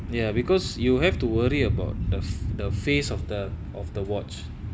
ya because you have to worry about the the face of the of the watch